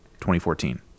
2014